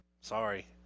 Sorry